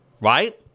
right